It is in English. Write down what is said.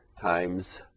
times